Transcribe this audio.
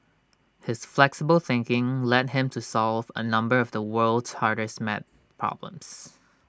his flexible thinking led him to solve A number of the world's hardest math problems